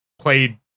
played